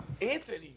Anthony